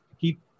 keep